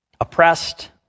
Oppressed